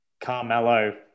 Carmelo